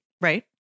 Right